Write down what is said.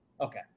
Okay